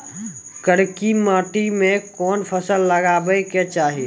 करकी माटी मे कोन फ़सल लगाबै के चाही?